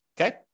Okay